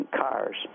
cars